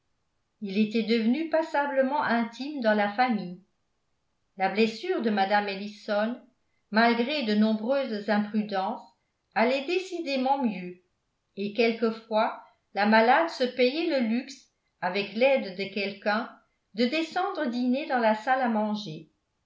il était devenu passablement intime dans la famille la blessure de mme ellison malgré de nombreuses imprudences allait décidément mieux et quelquefois la malade se payait le luxe avec l'aide de quelqu'un de descendre dîner dans la salle à manger